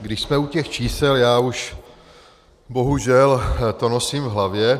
Když jsme u těch čísel, já už bohužel to nosím v hlavě.